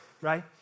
right